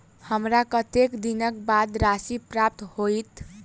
हमरा कत्तेक दिनक बाद राशि प्राप्त होइत?